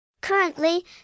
Currently